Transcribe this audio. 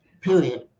Period